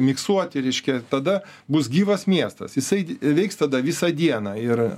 miksuoti reiškia tada bus gyvas miestas jisai veiks tada visą dieną ir